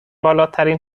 بالاترین